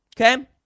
okay